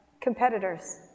Competitors